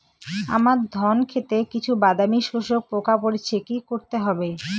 আমার ধন খেতে কিছু বাদামী শোষক পোকা পড়েছে কি করতে হবে?